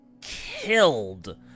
Killed